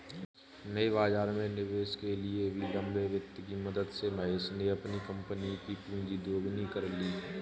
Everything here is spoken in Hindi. नए बाज़ार में निवेश के लिए भी लंबे वित्त की मदद से महेश ने अपनी कम्पनी कि पूँजी दोगुनी कर ली